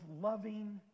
loving